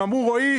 הם אמרו: רועי,